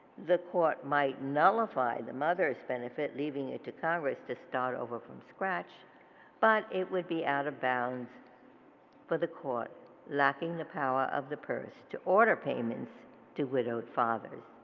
the court might nullify the mother's benefit leaving it to congress to start over from scratch but it would be out of bounds for the court lacking the power of the purse to order payments to widowed fathers.